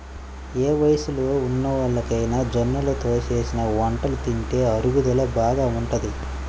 ఏ వయస్సులో ఉన్నోల్లకైనా జొన్నలతో చేసిన వంటలు తింటే అరుగుదల బాగా ఉంటది